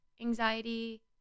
anxiety